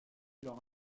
leur